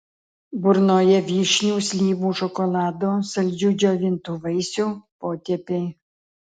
burnoje vyšnių slyvų šokolado saldžių džiovintų vaisių potėpiai